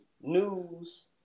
News